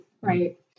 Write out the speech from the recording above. right